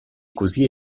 così